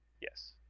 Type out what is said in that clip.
yes